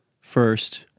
first